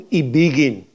ibigin